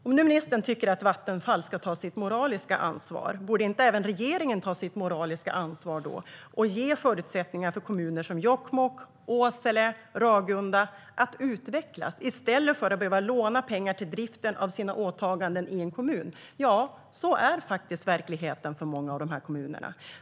Om nu ministern tycker att Vattenfall ska ta sitt moraliska ansvar, borde inte även regeringen ta sitt moraliska ansvar och ge förutsättningar för kommuner som Jokkmokk, Åsele och Ragunda att utvecklas i stället för att behöva låna pengar till driften av sina åtaganden som kommun? Så är faktiskt verkligheten för många av de här kommunerna.